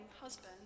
husband